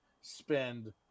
spend